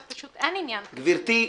ופשוט אין עניין --- גברתי,